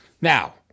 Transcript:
Now